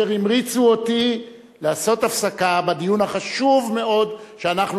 אשר המריצו אותי לעשות הפסקה בדיון החשוב מאוד שאנחנו